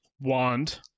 wand